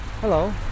Hello